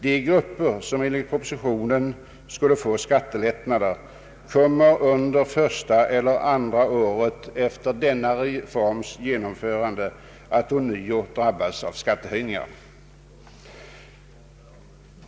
De grupper som enligt propositionen skulle få skattelättnader kommer under första eller andra året efter den här aktuella reformens ikraftträdande att på nytt drabbas av skattehöjningar.